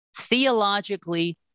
theologically